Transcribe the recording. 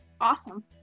Awesome